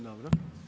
Dobro.